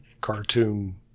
cartoon